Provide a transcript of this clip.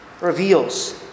reveals